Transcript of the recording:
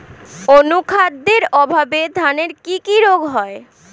অনুখাদ্যের অভাবে ধানের কি কি রোগ হয়?